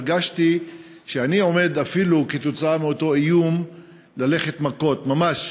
והרגשתי שאני עומד אפילו בגלל אותו איום ללכת מכות ממש